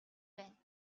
байна